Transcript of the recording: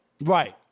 Right